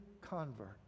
convert